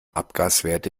abgaswerte